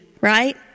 right